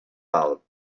dalt